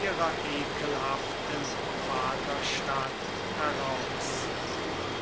ihrer ekelhaften vaterstadt heraus